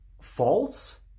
false